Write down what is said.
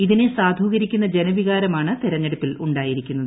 ഇതിനെ സാധൂകരിക്കുന്ന ജനവികാരമാണ് തിരഞ്ഞെടുപ്പിൽ ഉണ്ടായിരിക്കുന്നത്